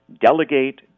delegate